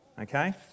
okay